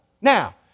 Now